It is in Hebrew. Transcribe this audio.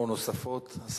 או נוספות.